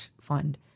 fund